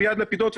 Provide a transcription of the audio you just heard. עמיעד לפידות,